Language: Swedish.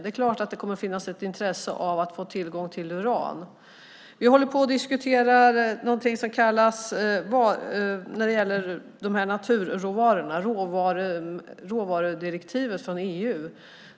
Det är klart att det kommer att finnas ett intresse av att få tillgång till uran. När det gäller råvaror håller vi på och diskuterar någonting som kallas råvarudirektivet från EU.